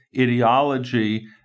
ideology